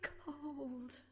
cold